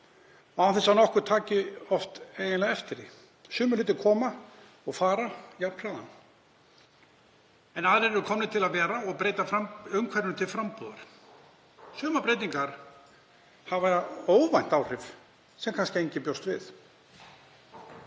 án þess að nokkur taki eftir því. Sumir hlutir koma og fara jafnharðan en aðrir eru komnir til að vera og breyta umhverfinu til frambúðar. Sumar breytingar hafa óvænt áhrif sem kannski enginn bjóst við.